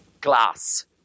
glass